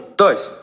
dois